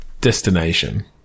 Destination